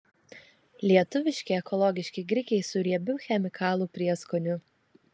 lietuviški ekologiški grikiai su riebiu chemikalų prieskoniu